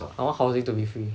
I want housing to be free